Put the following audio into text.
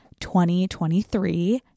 2023